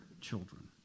children